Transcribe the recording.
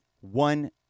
one